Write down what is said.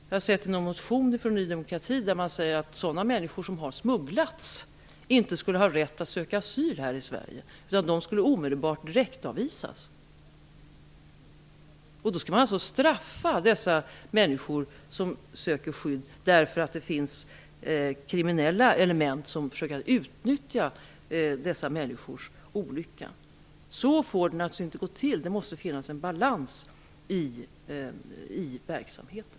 Jag har sett att Ny demokrati i en motion säger att människor som har smugglats inte skall ha rätt att söka asyl här i Sverige, utan att de skall direktavvisas omedelbart. Man skulle alltså straffa de människor som söker skydd därför att kriminella element försöker utnyttja deras olycka. Så får det naturligtvis inte gå till. Det måste vara balans i verksamheten.